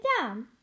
down